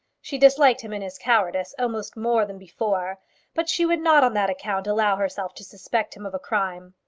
she disliked him in his cowardice almost more than before but she would not on that account allow herself to suspect him of a crime.